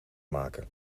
maken